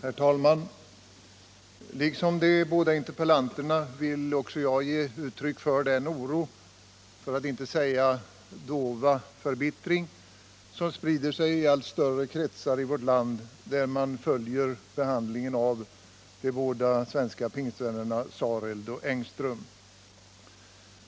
Herr talman! Liksom de båda interpellanterna vill också jag ge uttryck åt den oro, för att inte säga dova förbittring som sprider sig i allt större kretsar i vårt land, där man följer behandlingen av de båda svenska pingstvännerna Sareld och Engström.